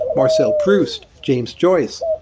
marcel proust, james joyce.